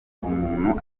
bumuntu